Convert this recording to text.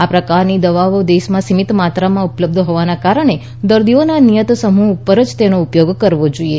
આપ્રકારની દવાઓ દેશમાં સીમિત માત્રામાં ઉપલબ્ધ હોવાના કારણે દર્દીઓના નિયત સમૂહ ઉપર જ તેનો ઉપયોગ કરવો જોઈએ